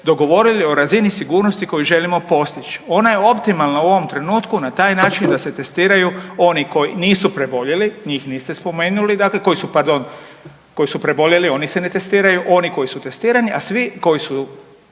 dogovorili o razini sigurnosti koju želimo postići. Ona je optimalna u ovom trenutku na taj način da se testiraju oni koji nisu preboljeli, njih niste spomenuli, dakle koji su pardon, koji su preboljeli oni se ne testiraju, oni koji su testirani, a svi koji su